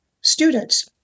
students